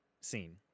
scene